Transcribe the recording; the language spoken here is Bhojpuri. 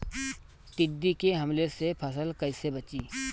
टिड्डी के हमले से फसल कइसे बची?